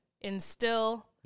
instill